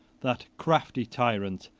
that crafty tyrant,